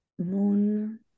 Moon